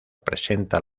presenta